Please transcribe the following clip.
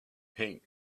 paint